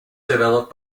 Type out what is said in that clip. developed